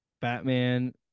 Batman